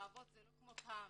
האבות זה לא כמו פעם.